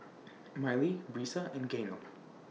Mylee Brisa and Gaynell